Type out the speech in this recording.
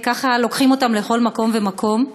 ולוקחים אותם לכל מקום ומקום.